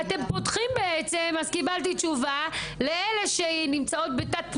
אז קיבלתי תשובה לאלה שנמצאות בתת תנאים,